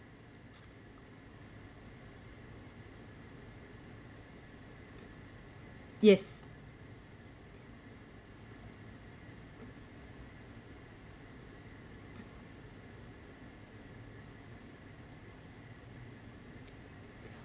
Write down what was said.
yes